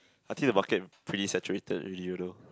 I think about can pretty saturated already you know